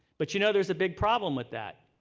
but, you know, there's a big problem with that.